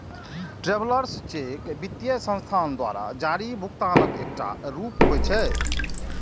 travellers cheque वित्तीय संस्थान द्वारा जारी भुगतानक एकटा रूप होइ छै